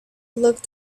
looked